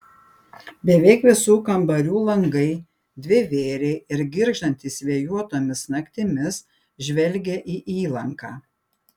beveik visų kambarių langai dvivėriai ir girgždantys vėjuotomis naktimis žvelgia į įlanką